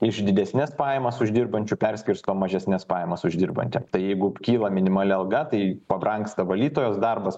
iš didesnes pajamas uždirbančių perskirsto mažesnes pajamas uždirbantiem tai jeigu kyla minimali alga tai pabrangsta valytojos darbas